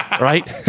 right